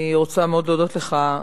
אני רוצה מאוד להודות לך,